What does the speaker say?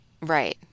Right